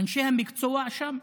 אנשי המקצוע שם,